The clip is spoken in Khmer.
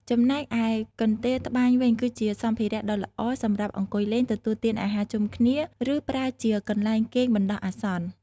ចំណែកឯកន្ទេលត្បាញវិញ គឺជាសម្ភារៈដ៏ល្អសម្រាប់អង្គុយលេង ទទួលទានអាហារជុំគ្នា ឬប្រើជាកន្លែងគេងបណ្តោះអាសន្ន។